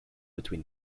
between